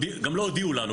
גם לא הודיעו לנו.